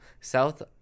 south